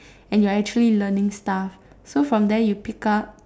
and you're actually learning stuff so from there you pick up